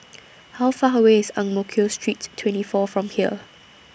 How Far away IS Ang Mo Kio Street twenty four from here